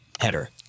Header